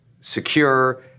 secure